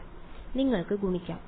വിദ്യാർത്ഥി നിങ്ങൾക്ക് ഗുണിക്കാം